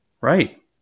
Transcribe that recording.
Right